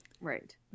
Right